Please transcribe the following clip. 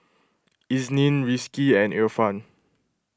Isnin Rizqi and Irfan